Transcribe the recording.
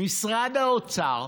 משרד האוצר,